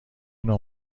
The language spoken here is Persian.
نوع